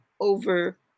over